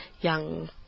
young